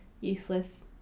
useless